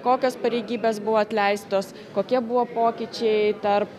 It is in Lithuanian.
kokios pareigybės buvo atleistos kokie buvo pokyčiai tarp